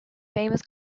famous